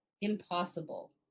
impossible